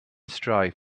strive